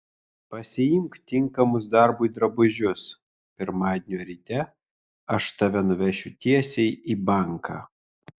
pasiimk tinkamus darbui drabužius pirmadienio ryte aš tave nuvešiu tiesiai į banką